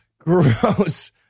Gross